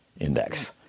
index